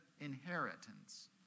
Inheritance